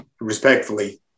respectfully